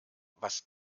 was